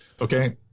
Okay